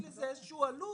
יש לזה איזושהי עלות.